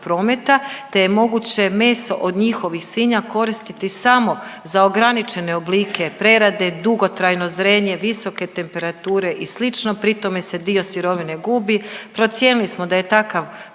prometa te je moguće meso od njihovih svinja koristiti samo za ograničene oblike prerade, dugotrajno zrenje, visoke temperature i slično. Pri tome se dio sirovine gubi. Procijenili smo da je takav